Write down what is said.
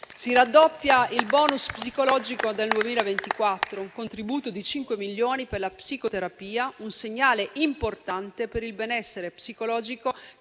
Si raddoppia il *bonus* psicologo 2024, con un contributo di 5 milioni per la psicoterapia, un segnale importante per il benessere psicologico